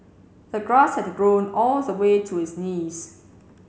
the grass had grown all the way to his knees